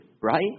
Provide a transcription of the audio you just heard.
Right